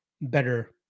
better